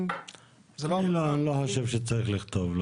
אם --- אני לא חושב שצריך לכתוב,